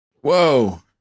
Whoa